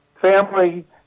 family